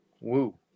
Woo